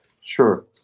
Sure